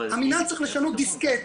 המינהל צריך לשנות דיסקט.